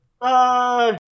Bye